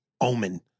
omen